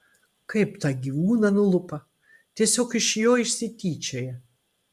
kaip tą gyvūną nulupa tiesiog iš jo išsityčioja